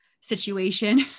situation